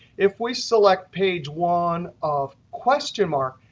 if we select page one of question mark,